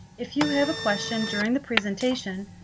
if you have a question during the presentation,